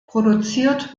produziert